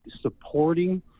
supporting